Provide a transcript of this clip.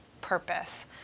purpose